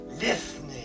listening